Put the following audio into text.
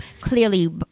clearly